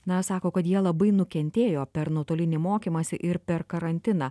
na sako kad jie labai nukentėjo per nuotolinį mokymąsi ir per karantiną